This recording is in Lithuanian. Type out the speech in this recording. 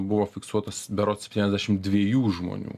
buvo fiksuotas berods septyniasdešimt dviejų žmonių